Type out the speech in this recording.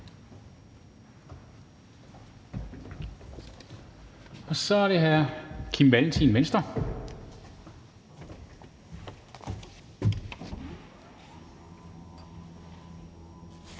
Og så er det hr. Kim Valentin, Venstre.